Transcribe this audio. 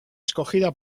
escogida